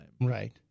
Right